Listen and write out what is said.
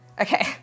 Okay